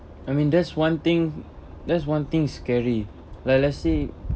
I mean that's one thing that's one thing scary like let's say